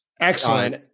Excellent